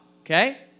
Okay